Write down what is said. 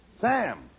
Sam